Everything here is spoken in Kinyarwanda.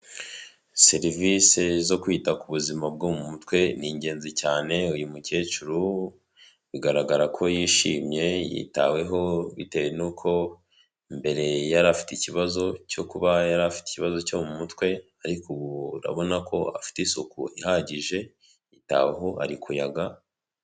Serivisi zo kwita ku buzima bwo mu mutwe ni ingenzi cyane, uyu mukecuru bigaragara ko yishimye yitaweho, bitewe n'uko mbere yari afite ikibazo cyo kuba yari afite ikibazo cyo mu mutwe ariko ubu urabona ko afite isuku ihagije, yitaweho ari kuyaga.